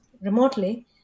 remotely